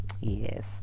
Yes